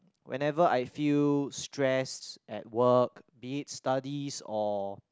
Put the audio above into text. whenever I feel stressed at work be it studies or